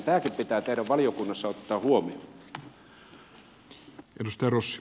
tämäkin pitää teidän valiokunnassa ottaa huomioon